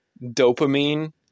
dopamine